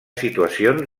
situacions